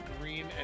green